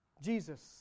Jesus